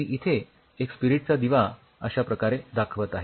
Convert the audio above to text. मी इथे एक स्पिरीटचा दिवा अश्या प्रकारे दाखवत आहे